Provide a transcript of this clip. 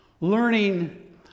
learning